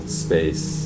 space